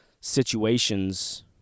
situations